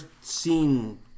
seen